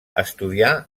estudià